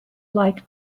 like